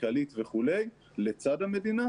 כלכלית וכו' לצד המדינה,